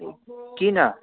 किन